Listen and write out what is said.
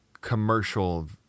commercial